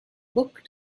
book